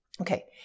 Okay